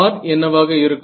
R என்னவாக இருக்கும்